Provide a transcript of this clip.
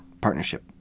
partnership